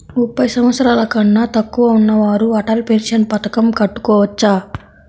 ముప్పై సంవత్సరాలకన్నా తక్కువ ఉన్నవారు అటల్ పెన్షన్ పథకం కట్టుకోవచ్చా?